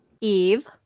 Eve